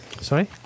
Sorry